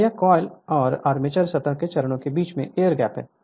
और यह कॉल और आर्मेचर सतह के चरणों के बीच एयर गैप है